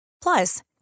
Plus